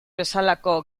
bezalako